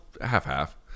half-half